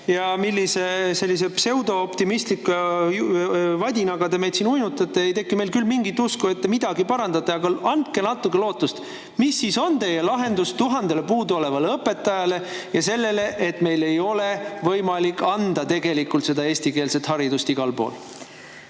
ja millise sellise pseudooptimistliku vadinaga te meid siin uinutate, ei teki meil küll mingit usku, et te midagi parandate. Aga andke natuke lootust. Mis siis on teie lahendus tuhandele puuduolevale õpetajale ja sellele, et meil ei ole võimalik anda tegelikult seda eestikeelset haridust igal pool?